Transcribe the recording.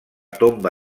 tomba